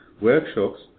workshops